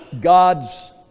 God's